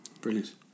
Brilliant